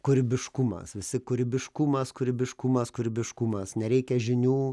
kūrybiškumas visi kūrybiškumas kūrybiškumas kūrybiškumas nereikia žinių